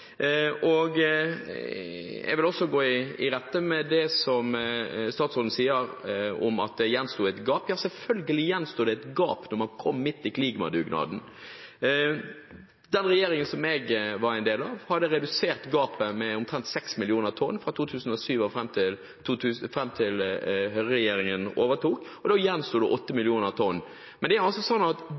engang. Jeg vil også gå i rette med det som statsråden sier om at det gjensto et gap – ja, selvfølgelig gjenstår det et gap når man kommer midt i klimadugnaden. Den regjeringen som jeg var en del av, hadde redusert gapet med omtrent 6 millioner tonn fra 2007 og fram til høyreregjeringen overtok. Da gjensto det 8 millioner tonn. Men det